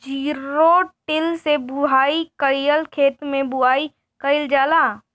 Zero till से बुआई कयिसन खेते मै बुआई कयिल जाला?